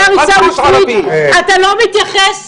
השר עיסאווי פריג', אתה לא מתייחס.